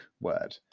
word